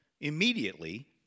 Immediately